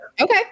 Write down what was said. okay